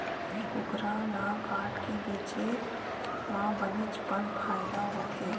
कुकरा ल काटके बेचे म बनेच पन फायदा होथे